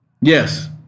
Yes